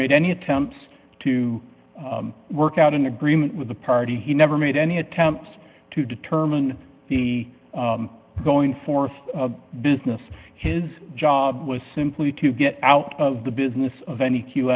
made any attempts to work out an agreement with the party he never made any attempt to determine the going forth business his job was simply to get out of the business of any